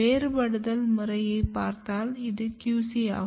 வேறுபடுதல் முறையைப் பார்த்தால் இது QC ஆகும்